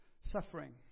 suffering